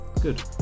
Good